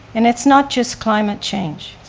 and it's not just climate change.